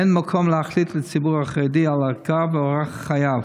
אין מקום להחליט לציבור החרדי על ערכיו ואורח חייו.